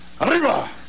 Arriba